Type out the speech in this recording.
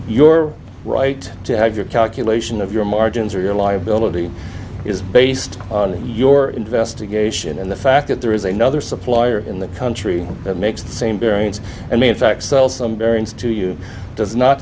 your right to have your calculation of your margins or your liability is based on your investigation and the fact that there is another supplier in the country that makes the same variance and may in fact sell some variance to you does not